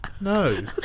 No